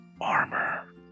Armor